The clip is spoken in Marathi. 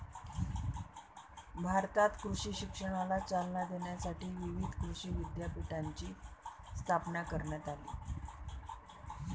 भारतात कृषी शिक्षणाला चालना देण्यासाठी विविध कृषी विद्यापीठांची स्थापना करण्यात आली